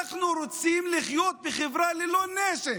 אנחנו רוצים לחיות בחברה ללא נשק,